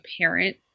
parent